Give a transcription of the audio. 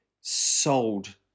sold